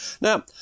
Now